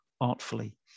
artfully